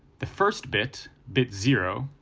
the first bit, bit zero,